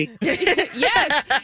Yes